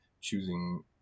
choosing